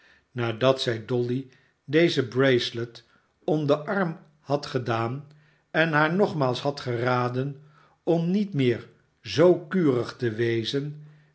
nadat zij dolly deze bracelet om den arm had gedaan en haar nogmaals had geraden om niet meer zoo kurig te wezen